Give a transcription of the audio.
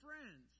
friends